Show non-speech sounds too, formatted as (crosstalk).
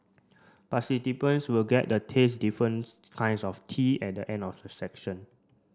(unintelligible) will get the taste difference kinds of tea at end of the session